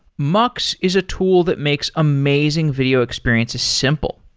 mux is a tool that makes amazing video experiences simple.